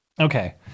Okay